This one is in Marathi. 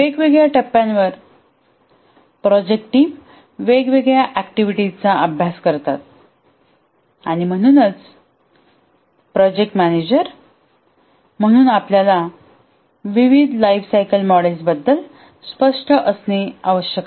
वेगवेगळ्या टप्प्यावर प्रोजेक्ट टीम वेगवेगळ्या ऍक्टिव्हिटीज चा अभ्यास करतात आणि म्हणूनच प्रोजेक्ट मॅनेजर म्हणून आपल्याला विविध लाइफ सायकल मॉडेल्स बद्दल स्पष्ट असणे आवश्यक आहे